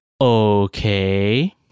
okay